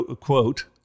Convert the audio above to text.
quote